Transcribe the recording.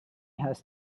has